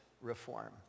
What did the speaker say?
reform